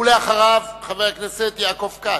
אחריו, חבר הכנסת יעקב כץ.